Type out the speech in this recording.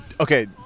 Okay